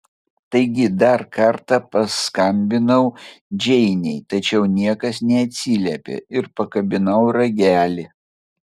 taigi dar kartą paskambinau džeinei tačiau niekas neatsiliepė ir pakabinau ragelį